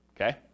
okay